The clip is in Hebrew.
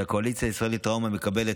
והקואליציה הישראלית לטראומה מקבלת,